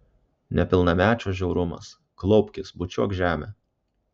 nepilnamečio žiaurumas klaupkis bučiuok žemę